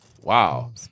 wow